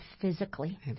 physically